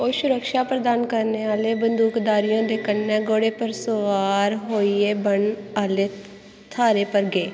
ओह् सुरक्षा प्रदान करने आह्ले बंदूकधारियें दे कन्नै घोड़ें पर सुआर होइयै ब'न्न आह्लै थाह्रै पर गे